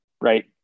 Right